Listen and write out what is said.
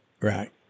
right